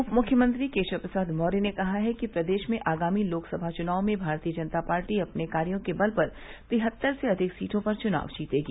उप मुख्यमंत्री केशव प्रसाद मौर्य ने कहा है कि प्रदेश में आगामी लोकसभा चुनाव में भारतीय जनता पार्टी अपने कार्यो के बल पर तिहत्तर से अधिक सीटों पर चुनाव जीतेगी